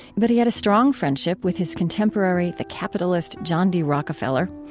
but he had a strong friendship with his contemporary the capitalist john d. rockefeller.